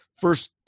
first